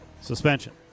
suspension